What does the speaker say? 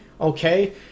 okay